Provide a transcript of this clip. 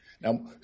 Now